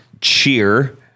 cheer